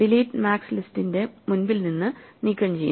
delete max ലിസ്റ്റിന്റെ മുൻപിൽ നിന്ന് നീക്കംചെയ്യും